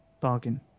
Bargain